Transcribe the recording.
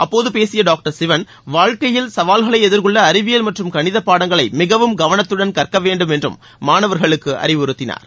அப்போது பேசிய டாக்டர் சிவன் வாழ்க்கையில் சவால்களை எதிர்கொள்ள அறிவியல் மற்றும் கணிதப் பாடங்களை மிகவும் கவனத்துடன் கற்க வேண்டும் என்றும் மாணவர்களுக்கு அறிவுறுத்தினார்